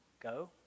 Go